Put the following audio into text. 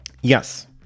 Yes